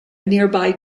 nearby